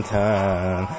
time